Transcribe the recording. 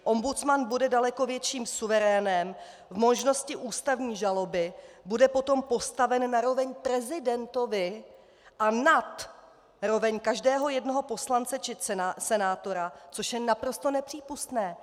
Ombudsman bude daleko větším suverénem, v možnosti ústavní žaloby bude potom postaven na roveň prezidentovi a nad roveň každého jednoho poslance či senátora, což je naprosto nepřípustné.